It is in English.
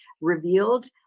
revealed